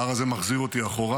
ההר הזה מחזיר אותי אחורה